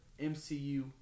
MCU